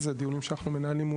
זה צרות של עשירים.